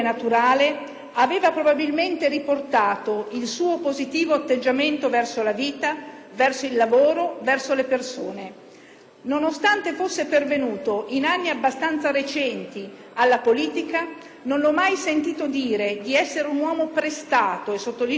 aveva probabilmente riportato il suo positivo atteggiamento verso la vita, il lavoro e le persone. Nonostante fosse pervenuto in anni abbastanza recenti alla politica non l'ho mai sentito dire di essere un uomo "prestato alla politica",